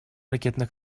ракетно